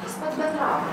jis pats bendravo